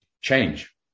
change